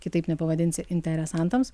kitaip nepavadinsi interesantams